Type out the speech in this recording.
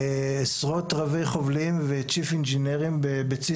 עשרות רבי חובלים ומהנדסים ראשיים בצי